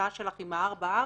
בהצעה שלך עם הארבע שנים,